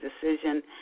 Decision